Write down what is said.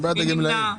מי נמנע?